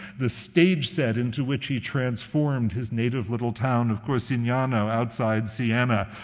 the stage set into which he transformed his native little town of corsignano, outside siena,